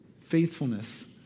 Faithfulness